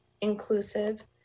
inclusive